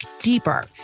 deeper